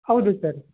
ಹೌದು ಸರ್